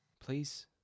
Please